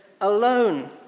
alone